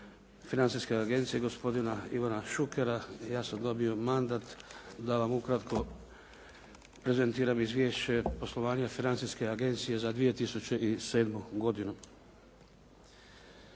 Financijske agencije, gospodina Ivana Šukera, ja sam dobio mandat da vam ukratko prezentiram Izvješće poslovanja Financijske agencije za 2007. godinu.